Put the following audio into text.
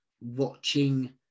watching